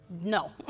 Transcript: No